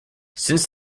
since